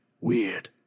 weird